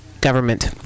government